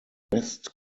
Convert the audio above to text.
west